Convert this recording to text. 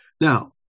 now